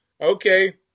okay